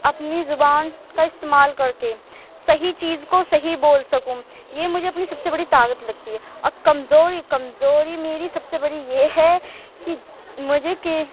اپنی زبان کا استعمال کرتی ہوں صحیح چیز کو صحیح بول سکوں یہ مجھے اپنی سب سے بڑی طاقت لگتی ہے اور کمزوری کمزوری میری سب سے بڑی یہ ہے کہ مجھے کہ